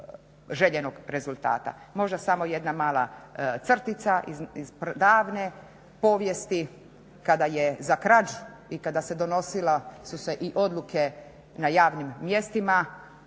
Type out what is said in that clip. željenog rezultata. Možda samo jedna mala crtica iz davne povijesti kada je za krađu i kada se donosile su se i odluke na javnim mjestima,